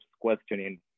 questioning